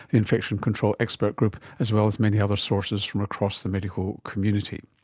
infection control expert group, as well as many other sources from across the medical community.